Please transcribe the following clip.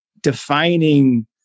defining